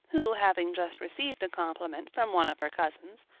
who having just received a compliment from one of her cousins,